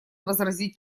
возразить